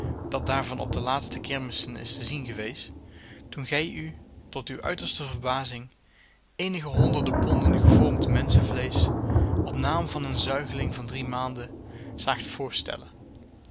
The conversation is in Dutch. dat daarvan op de laatste kermissen is te zien geweest toen gij u tot uw uiterste verbazing eenige honderden ponden gevormd menschenvleesch op naam van een zuigeling van drie maanden zaagt voorstellen